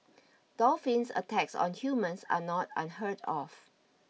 dolphin attacks on humans are not unheard of